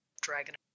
dragon